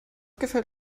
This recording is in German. gefällt